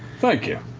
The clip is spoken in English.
thank you!